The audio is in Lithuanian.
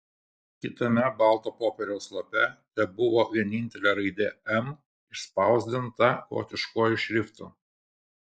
kitame balto popieriaus lape tebuvo vienintelė raidė m išspausdinta gotiškuoju šriftu